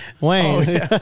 Wayne